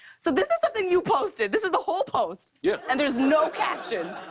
so this is something you posted. this is the whole post. yeah. and there's no caption.